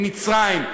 עם מצרים,